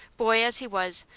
boy as he was,